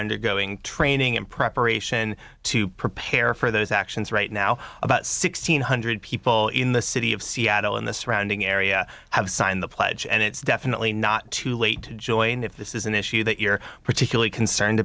undergoing training in preparation to prepare for those actions right now about sixteen hundred people in the city of seattle and the surrounding area have signed the pledge and it's definitely not too late joined if this is an issue that you're particularly concerned